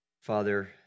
Father